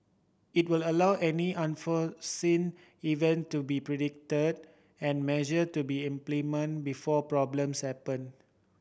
it will allow any unforeseen event to be predicted and measure to be implemented before problems happen